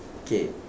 okay